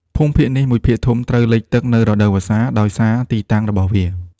ភូមិភាគនេះមួយភាគធំត្រូវលិចទឹកនៅរដូវវស្សា ដោយសារទីតាំងរបស់វា។